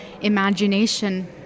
imagination